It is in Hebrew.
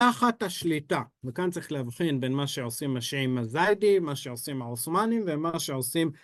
‫תחת השליטה, וכאן צריך להבחין ‫בין מה שעושים משה עם מזיידי, ‫מה שעושים האוסמאנים, ‫ומה שעושים...